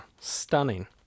stunning